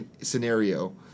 scenario